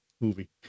movie